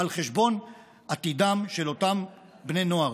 על חשבון עתידם של אותם בני נוער.